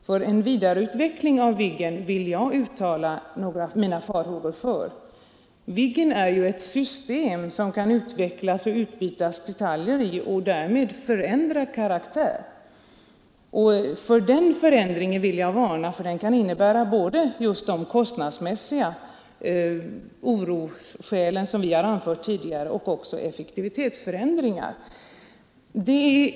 För en vidareutveckling av Viggen vill jag uttala mina farhågor. Viggen är ett system som kan utvecklas och som det kan utbytas detaljer i. Därmed kan karaktären förändras, och för denna förändring vill jag varna, ty den kan innebära både kostnadsmässiga effekter — som vi tidigare anfört och effektivitetsförändringar.